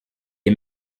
est